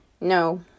No